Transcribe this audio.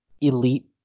elite